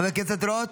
חבר הכנסת רוט?